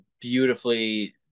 beautifully